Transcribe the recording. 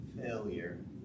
failure